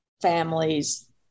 families